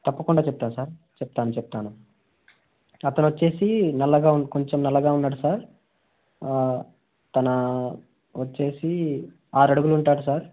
తప్పకుండా చెప్తాను సార్ చెప్తాను చెప్తాను అతను వచ్చి నల్లగా కొంచం నల్లగా ఉన్నాడు సార్ తన వచ్చి ఆరు అడుగులు ఉంటాడు సార్